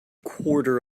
quarter